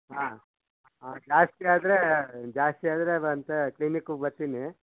ಹಾಂ ಹಾಂ ಜಾಸ್ತಿ ಆದರೆ ಜಾಸ್ತಿ ಆದರೆ ಬಂತೆ ಕ್ಲಿನಿಕ್ಕುಗೆ ಬರ್ತೀನಿ